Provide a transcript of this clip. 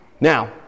Now